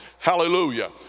hallelujah